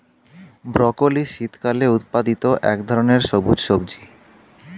broccoli শীতকালে উৎপাদিত এক ধরনের সবুজ সবজি